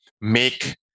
make